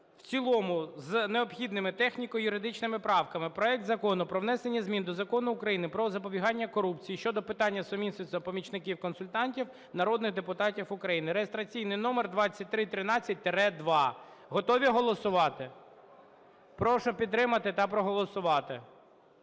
в цілому з необхідними техніко-юридичними правками проект Закону про внесення змін до Закону України "Про запобігання корупції" щодо питання сумісництва помічників-консультантів народних депутатів України (реєстраційний номер 2313-2). Готові голосувати? Прошу підтримати та проголосувати.